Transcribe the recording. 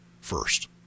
first